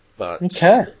Okay